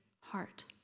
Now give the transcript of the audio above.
heart